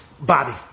body